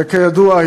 וכידוע,